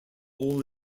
all